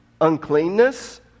uncleanness